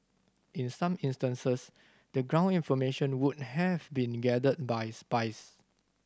in some instances the ground information would have been gathered by spies